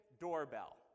doorbell